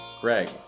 Greg